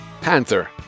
Panther